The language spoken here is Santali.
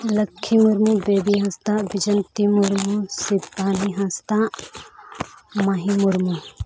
ᱞᱚᱠᱽᱠᱷᱤ ᱢᱩᱨᱢᱩ ᱵᱮᱵᱤ ᱦᱟᱸᱥᱫᱟ ᱵᱤᱡᱚᱱᱛᱤ ᱢᱩᱨᱢᱩ ᱥᱤᱯᱟᱱᱤ ᱦᱟᱸᱥᱫᱟᱜ ᱢᱟᱦᱤ ᱢᱩᱨᱢᱩ